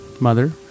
mother